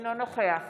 אינו נוכח